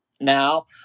now